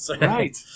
Right